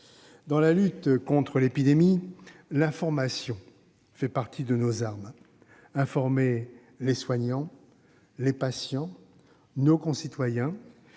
Dans la lutte contre l'épidémie, l'information fait partie de nos armes. Informer les soignants, les patients, nos concitoyens,